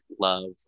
love